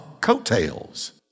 coattails